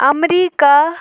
America